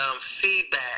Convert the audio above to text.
feedback